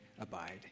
abide